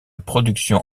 production